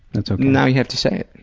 and so now you have to say it.